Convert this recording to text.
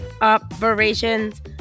operations